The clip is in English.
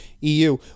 EU